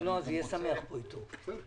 לביטחון פנים צריך לשים את המפתחות.